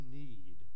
need